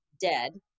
dead